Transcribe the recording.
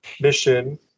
mission